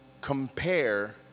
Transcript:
compare